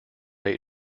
eight